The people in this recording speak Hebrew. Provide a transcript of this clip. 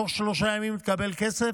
תוך שלושה ימים תקבל כסף.